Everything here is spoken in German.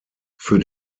für